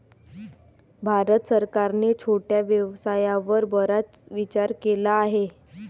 भारत सरकारने छोट्या व्यवसायावर बराच विचार केला आहे